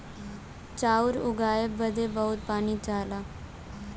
चाउर उगाए बदे बहुत पानी चाहला